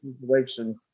situation